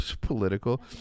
Political